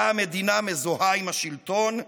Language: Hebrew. שבה המדינה מזוהה עם השלטון,